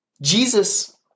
Jesus